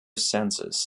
senses